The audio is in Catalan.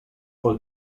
pel